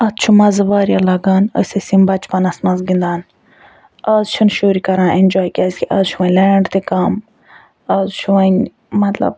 اتھ چھُ مَزٕ واریاہ لگان أسۍ ٲسۍ یِم بَچپَنَس مَنٛز گِندان آز چھِنہٕ شُرۍ کران ایٚنجاے کیازکہِ آز چھِ وۄنۍ لینڈ تہِ کم آز چھُ وۄنۍ مَطلَب